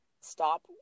stop